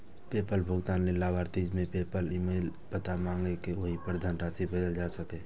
PayPal भुगतान लेल लाभार्थी सं पेपल ईमेल पता मांगि कें ओहि पर धनराशि भेजल जा सकैए